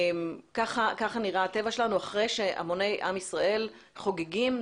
ככה נראה הטבע שלנו אחרי שהמוני עם ישראל חוגגים,